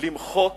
למחוק